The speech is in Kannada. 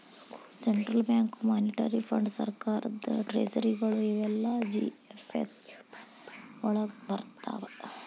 ಸೆಂಟ್ರಲ್ ಬ್ಯಾಂಕು, ಮಾನಿಟರಿ ಫಂಡ್.ಸರ್ಕಾರದ್ ಟ್ರೆಜರಿಗಳು ಇವೆಲ್ಲಾ ಜಿ.ಎಫ್.ಎಸ್ ವಳಗ್ ಬರ್ರ್ತಾವ